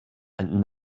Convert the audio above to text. and